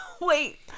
wait